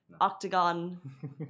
octagon